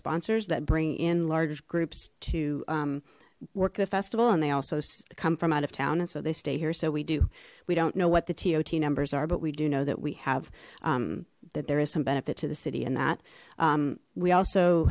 sponsors that bring in groups to work the festival and they also come from out of town and so they stay here so we do we don't know what the t ot numbers are but we do know that we have that there is some benefit to the city and that we also